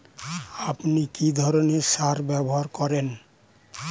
আপনি কী ধরনের সার ব্যবহার করেন?